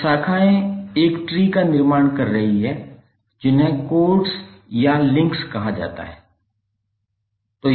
अब शाखाएं एक ट्री का निर्माण कर रही हैं जिन्हें कॉर्ड या लिंक कहा जाता है